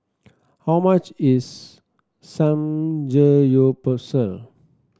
how much is Samgeyopsal